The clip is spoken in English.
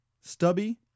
Stubby